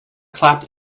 clapped